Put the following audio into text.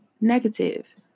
Negative